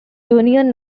union